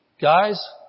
Guys